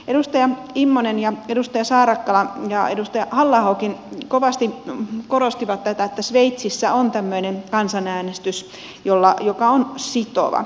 edustaja immonen edustaja saarakkala ja edustaja halla ahokin kovasti korostivat tätä että sveitsissä on tämmöinen kansanäänestys joka on sitova